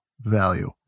value